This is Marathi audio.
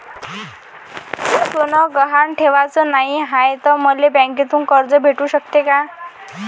सोनं गहान ठेवाच नाही हाय, त मले बँकेतून कर्ज भेटू शकते का?